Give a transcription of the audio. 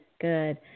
good